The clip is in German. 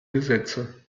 gesetze